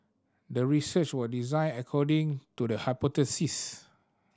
the research was designed according to the hypothesis